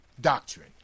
doctrine